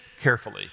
carefully